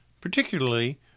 particularly